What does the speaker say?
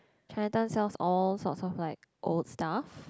Chinatown sells all sorts of like old stuff